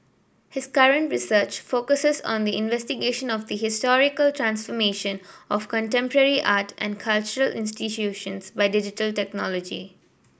his current research focuses on the investigation of the historical transformation of contemporary art and cultural institutions by digital technology